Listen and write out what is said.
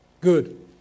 good